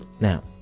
Now